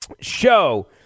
show